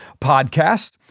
podcast